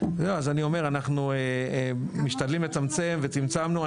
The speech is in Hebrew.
אז אני אומר, אנחנו משתדלים לצמצם, וצמצמנו.